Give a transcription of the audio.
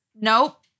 Nope